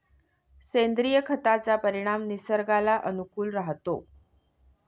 सेंद्रिय खताचा परिणाम निसर्गाला अनुकूल राहतो